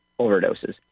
overdoses